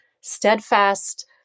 steadfast